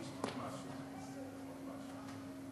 יש לך נאום ארוך.